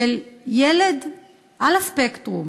לילד על הספקטרום,